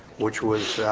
which was